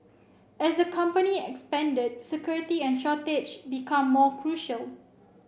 as the company expanded security and storage became more crucial